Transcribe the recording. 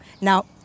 Now